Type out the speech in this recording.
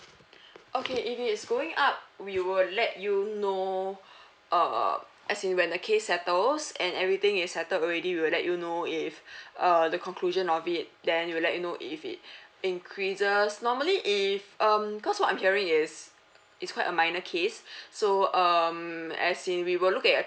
okay if it's going up we will let you know uh as in when the case settles and everything is settled already we will let you know if uh the conclusion of it then we will let you know if it increases normally if um cause what I'm hearing is it's quite a minor case so um as in we will look at your